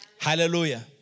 hallelujah